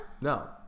No